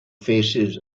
faces